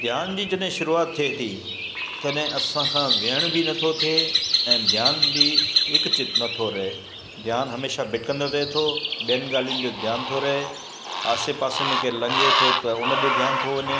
ध्यान जी जॾहिं शुरूआत थिए थी तॾहिं असां खां विहण बि नथो थिए ऐं ध्यान बि एकचित्त नथो रहे ध्यानु हमेशह भिटिकंदो रहे थो ॿियनि ॻाल्हियुनि जो ध्यान थो रहे आसे पासे में केर लंघे थो त हुन ॾे ध्यानु थो वञे